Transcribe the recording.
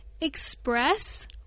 express